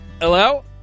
hello